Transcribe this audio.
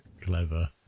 clever